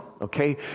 okay